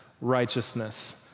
righteousness